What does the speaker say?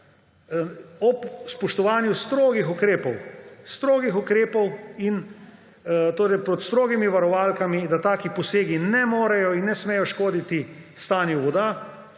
ob spoštovanju strogih ukrepov in torej pod strogimi varovalkami, da taki posegi ne morejo in ne smejo škoditi stanju voda,